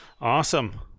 Awesome